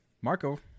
Marco